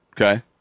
Okay